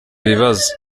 ibibazo